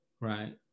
Right